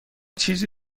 چیزی